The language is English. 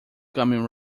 coming